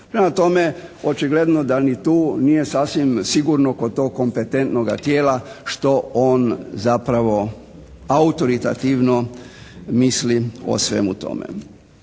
Prema tome, očigledno da ni tu nije sasvim sigurno kod tog kompetentnoga tijela što on zapravo autoritativno misli o svemu tome.